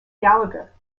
gallagher